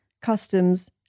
customs